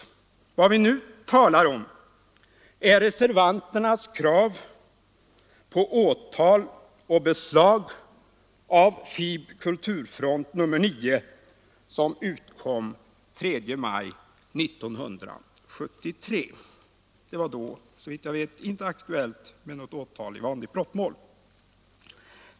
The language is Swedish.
Vad vi nu talar om är reservanternas krav på åtal och beslag av FiB/Kulturfront nr 9, som utkom den 3 maj 1973. Det var då, såvitt jag vet, inte aktuellt med något åtal i vanligt brottmål.